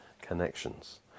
connections